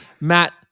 Matt